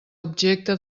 objecte